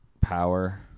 power